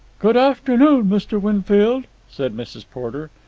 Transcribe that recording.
good afternoon, mr. winfield, said mrs. porter.